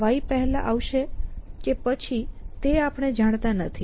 y પેહલા આવશે કે પછી તે આપણે જાણતા નથી